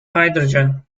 hydrogen